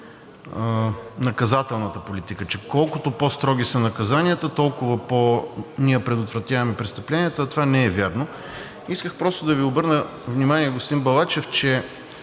наказателната политика – че колкото по-строги са наказанията, толкова пò предотвратяваме престъпленията, а това не е вярно. Исках просто да Ви обърна внимание, господин Балачев, че